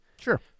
Sure